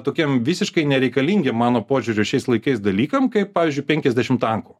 tokiem visiškai nereikalingiem mano požiūriu šiais laikais dalykam kaip pavyzdžiui penkiasdešimt tankų